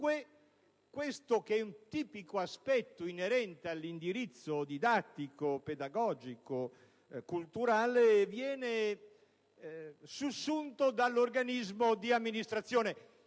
dunque questo, che è un tipico aspetto inerente all'indirizzo didattico, pedagogico, culturale, viene sussunto dall'organismo di amministrazione